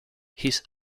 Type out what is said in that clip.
his